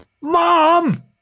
Mom